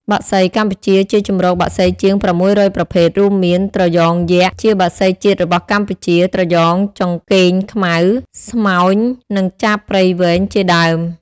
បក្សី កម្ពុជាជាជម្រកបក្សីជាង ៦០០ ប្រភេទ រួមមាន ត្រយ៉ងយក្ស ជាបក្សីជាតិរបស់កម្ពុជា ត្រយ៉ងចង្កេងខ្មៅ ស្មោញ និង ចាបព្រៃវែង ជាដើម។